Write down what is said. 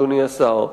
אדוני השר,